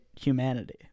humanity